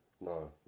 No